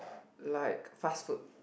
like fast food